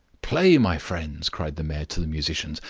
play, my friends! cried the mayor to the musicians.